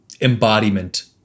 embodiment